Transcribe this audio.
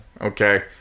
Okay